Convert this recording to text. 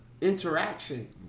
interaction